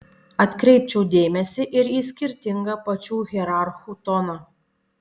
atkreipčiau dėmesį ir į skirtingą pačių hierarchų toną